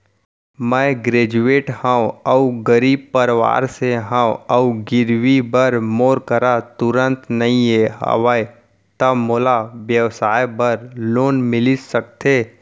मैं ग्रेजुएट हव अऊ गरीब परवार से हव अऊ गिरवी बर मोर करा तुरंत नहीं हवय त मोला व्यवसाय बर लोन मिलिस सकथे?